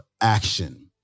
action